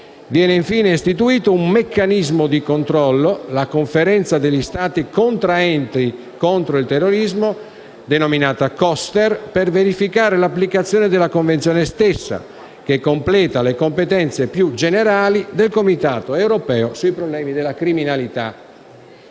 Viene infine istituito un meccanismo di controllo, la Conferenza degli Stati contraenti contro il terrorismo (COSTER), per verificare l'applicazione della Convenzione, che completa le competenze più generali del Comitato europeo sui problemi della criminalità.